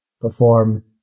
perform